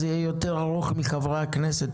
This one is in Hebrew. ייצא שתדברי זמן ארוך יותר מחברי הכנסת.